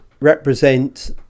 represent